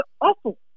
awful